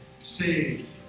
saved